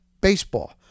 baseball